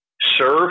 serve